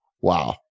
Wow